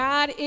God